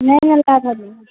नहि नहि